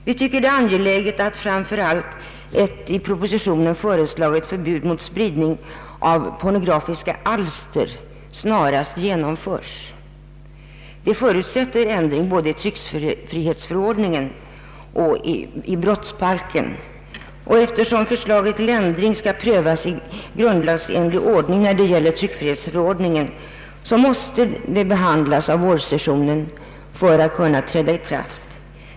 Vi tycker att det är angeläget framför allt att ett i propositionen föreslaget förbud mot spridning av por nografiska alster snarast genomföres. Det förutsätter ändring både i tryckfrihetsförordningen och brottsbalken. Eftersom förslaget till ändring skall prövas i grundlagsenlig ordning när det gäller tryckfrihetsförordningen måste det behandlas av vårsessionen för att kunna träda i kraft nästa år.